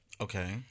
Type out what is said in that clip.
Okay